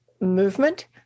movement